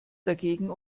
dagegen